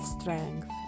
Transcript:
strength